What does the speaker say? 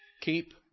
keep